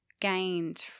gained